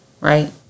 right